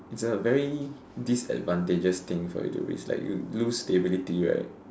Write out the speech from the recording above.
it's a very disadvantages thing for you to risk like you lose stability right